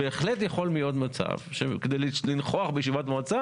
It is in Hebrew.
בהחלט יכול להיות מצב שכדי לנכוח בישיבת מועצה